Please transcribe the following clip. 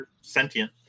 sentient